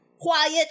quiet